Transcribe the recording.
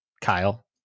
Kyle